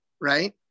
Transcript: right